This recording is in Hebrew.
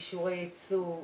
אישורי יצוא,